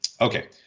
Okay